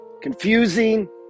confusing